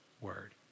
word